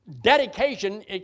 dedication